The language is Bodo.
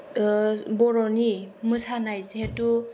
बर'नि मोसानाय जिहेतु